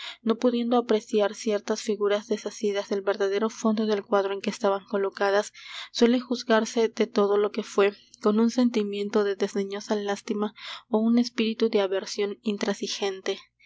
no pudiendo apreciar ciertas figuras desasidas del verdadero fondo del cuadro en que estaban colocadas suele juzgarse de todo lo que fué con un sentimiento de desdeñosa lástima ó un espíritu de aversión intransigente